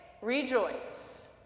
rejoice